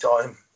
time